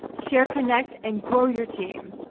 share kynect and grow your team.